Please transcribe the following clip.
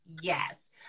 Yes